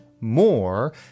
more